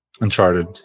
Uncharted